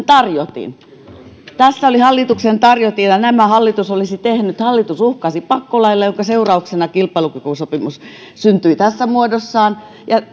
tarjotin tässä oli hallituksen tarjotin ja nämä hallitus olisi tehnyt hallitus uhkasi pakkolaeilla minkä seurauksena kilpailukykysopimus syntyi tässä muodossaan